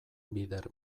bider